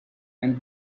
and